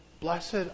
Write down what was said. blessed